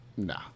Nah